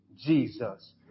Jesus